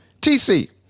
TC